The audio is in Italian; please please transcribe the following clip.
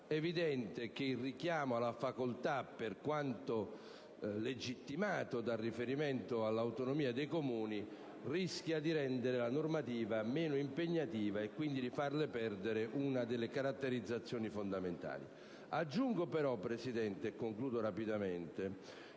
evidente che il richiamo ad una facoltà, per quanto legittimato dal riferimento all'autonomia dei Comuni, rischia di rendere la normativa meno impegnativa e di farle perdere una delle caratterizzazioni fondamentali. In conclusione, signor Presidente,